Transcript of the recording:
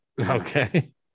Okay